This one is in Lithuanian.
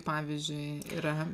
pavyzdžiui yra